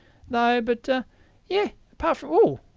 no, but yeah, apart from ooh,